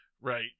Right